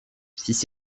fils